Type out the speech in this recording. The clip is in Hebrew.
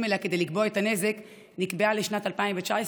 אליה כדי לקבוע את הנזק נקבעה לשנת 2019,